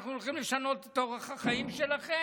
שאנחנו הולכים לשנות את אורח החיים שלכם,